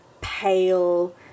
pale